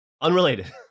Unrelated